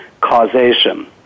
causation